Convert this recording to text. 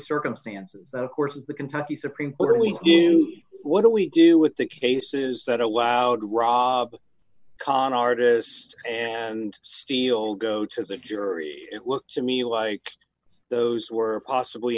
circumstances of course the kentucky supreme court we do what we do with the cases that allowed rob con artist and steal go to the jury it looks to me like those were possibly